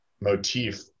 motif